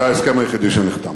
זה ההסכם היחידי שנחתם.